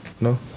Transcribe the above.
no